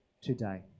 today